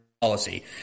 policy